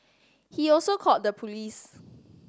he also called the police